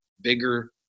bigger